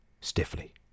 stiffly